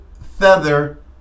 feather